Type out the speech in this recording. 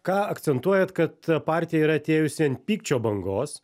ką akcentuojat kad partija yra atėjusi ant pykčio bangos